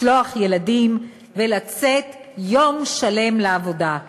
לשלוח ילדים ולצאת ליום שלם בעבודה?